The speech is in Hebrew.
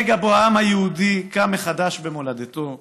ברגע שבו העם היהודי קם מחדש במולדתו.